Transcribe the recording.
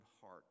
heart